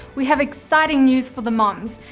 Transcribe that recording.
we have exciting news for the moms.